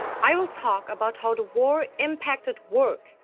i will talk about how the war impacted work,